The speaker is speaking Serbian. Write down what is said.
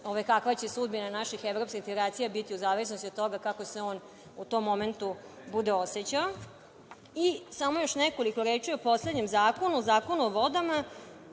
kakva će sudbina naših evropskih integracija biti u zavisnosti od toga kako se on u tom momentu bude osećao. Još nekoliko reči o poslednjem zakonu, Zakonu o vodama.